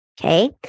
Okay